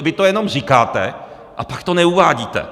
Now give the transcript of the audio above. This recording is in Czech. Vy to jenom říkáte a pak to neuvádíte!